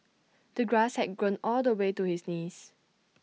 the grass had grown all the way to his knees